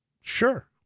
Sure